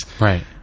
right